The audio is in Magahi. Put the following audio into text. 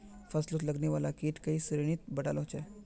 फस्लोत लगने वाला कीट कई श्रेनित बताल होछे